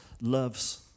loves